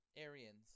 Aryans